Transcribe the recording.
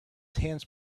hands